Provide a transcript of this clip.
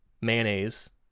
mayonnaise